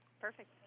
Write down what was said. Perfect